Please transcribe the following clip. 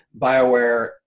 BioWare